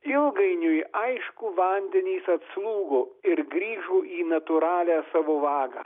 ilgainiui aišku vandenys atslūgo ir grįžo į natūralią savo vagą